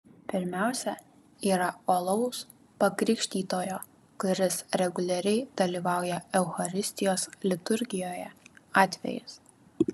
pirmiausia yra uolaus pakrikštytojo kuris reguliariai dalyvauja eucharistijos liturgijoje atvejis